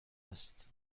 است